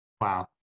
Wow